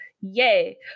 yay